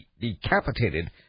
decapitated